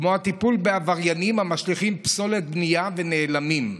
כמו הטיפול בעבריינים המשליכים פסולת בנייה ונעלמים.